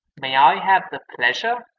may i have the pleasure?